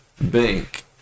Bank